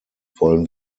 wollen